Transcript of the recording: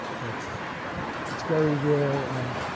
but it's very rare, and